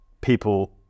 people